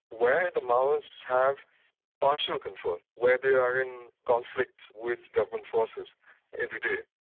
where the maoists have partial control, where they are in conflict with government forces every day,